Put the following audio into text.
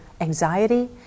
anxiety